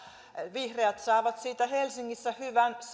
vihreät saavat siitä helsingissä hyvän